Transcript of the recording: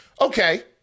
Okay